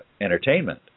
entertainment